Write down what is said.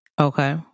Okay